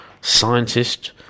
scientist